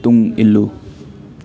ꯇꯨꯡ ꯏꯜꯂꯨ